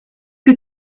que